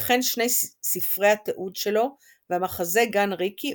וכן שני ספרי התיעוד שלו והמחזה 'גן ריקי',